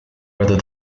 whether